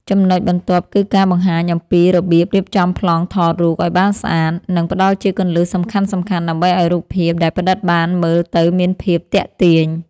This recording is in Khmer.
ចំណុចបន្ទាប់គឺការបង្ហាញអំពីរបៀបរៀបចំប្លង់ថតរូបឱ្យបានស្អាត និង ផ្ដល់ជាគន្លឹះសំខាន់ៗដើម្បីឱ្យរូបភាពដែលផ្ដិតបានមើលទៅមានភាពទាក់ទាញ។